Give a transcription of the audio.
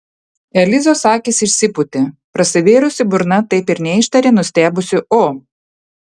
elizos akys išsipūtė prasivėrusi burna taip ir neištarė nustebusio o